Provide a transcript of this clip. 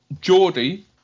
Geordie